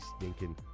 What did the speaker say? stinking